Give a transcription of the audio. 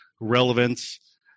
relevance